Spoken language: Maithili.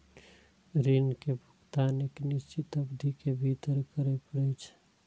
ऋण के भुगतान एक निश्चित अवधि के भीतर करय पड़ै छै